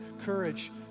courage